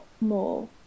more